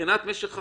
מבחינת משך החקירה,